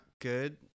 good